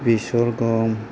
बेसर गम